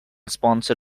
sponsor